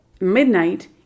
Midnight